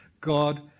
God